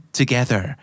together